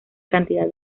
cantidad